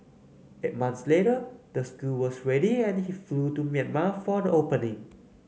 eight months later the school was ready and he flew to Myanmar for the opening